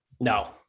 No